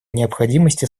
необходимости